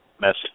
message